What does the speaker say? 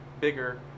bigger